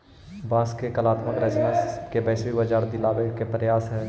बाँस के कलात्मक रचना के वैश्विक बाजार दिलावे के प्रयास हई